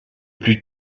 plus